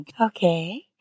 Okay